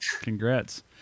Congrats